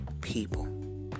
people